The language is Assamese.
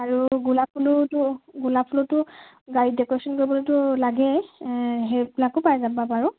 আৰু গোলাপ ফুলোতো গোলাপ ফুলতো গাড়ীত ডেকৰেশ্যন কৰিবলৈতো লাগেই সেইবিলাকো পাই যাবা বাৰু